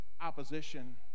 opposition